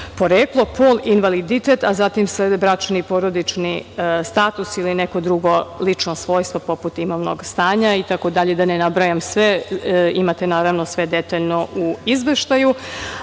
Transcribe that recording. poreklo, pol, invaliditet, a zatim slede bračni i porodični status ili neko drugo lično svojstvo, poput imovnog stanja itd. da ne nabrajam sve. Imate, naravno, sve detaljno u izveštaju.